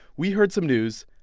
we heard some news,